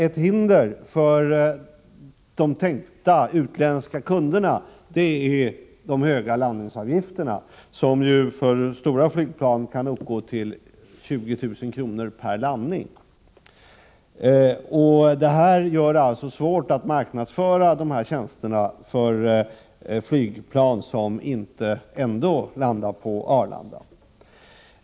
Ett hinder för de tänkta utländska kunderna är de höga landningsavgifterna, som ju för stora flygplan kan uppgå till 20 000 kr. per landning. Detta gör det alltså svårt att marknadsföra tjänsterna i fråga för flygplan som inte ändå landar på Arlanda.